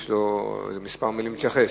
יש לו כמה מלים להתייחס.